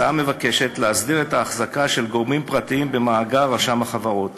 ההצעה מבקשת להסדיר את ההחזקה של גורמים פרטיים במאגר רשם החברות,